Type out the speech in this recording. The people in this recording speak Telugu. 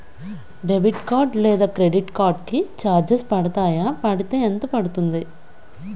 డెబిట్ కార్డ్ లేదా క్రెడిట్ కార్డ్ కి చార్జెస్ పడతాయా? పడితే ఎంత పడుతుంది?